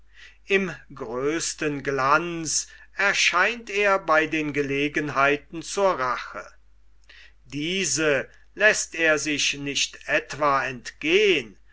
im größten glanz erscheint er bei den gelegenheiten zur rache diese läßt er sich nicht etwa entgehn